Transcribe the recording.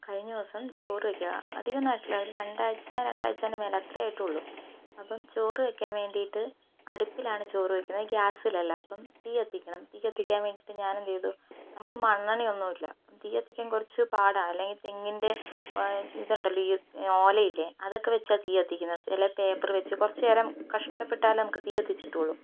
കഴിഞ്ഞ ദിവസം ചോറു വയ്ക്കുകയാ അതികൊന്നായിട്ടില്യ ഒരു രണ്ടാഴ്ച്ച രണ്ടാഴ്ച്ചൻ്റെ മേലേ അത്രേ ആയിട്ടൊള്ളൂ അപ്പം ചോറ് വയ്ക്കാൻ വേണ്ടീട്ട് അടുപ്പിലാണ് ചോറ് വയ്ക്കുന്നത് ഗ്യാസിലല്ല അപ്പം തീ കത്തിക്കണം തീ കത്തിക്കാൻ വേണ്ടീട്ട് ഞാൻ എന്തെയ്തു നമുക്ക് മണ്ണെണ്ണ ഒന്നൂല്ല തീ കത്തിക്കാൻ കുറച്ച് പാടാ അല്ലെങ്കി തെങ്ങിൻ്റെ ഇതുണ്ടല്ലോ ഈർക്കിൽ ഓലയില്ലേ അതൊക്കെ വച്ചാ തീ കത്തിക്കുന്നത് അല്ലേ പേപ്പർ വച്ച് കുറച്ചുനേരം കഷ്ടപെട്ടാലെ നമുക്ക് തീ കത്തിച്ച് കിട്ടുളളൂ